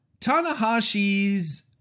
Tanahashi's